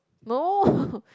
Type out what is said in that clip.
no